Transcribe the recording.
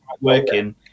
working